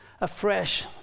afresh